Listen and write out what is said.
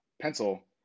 pencil